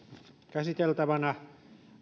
käsiteltävänä